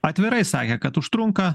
atvirai sakė kad užtrunka